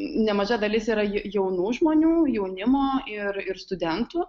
nemaža dalis yra jaunų žmonių jaunimo ir ir studentų